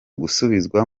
gusubizwa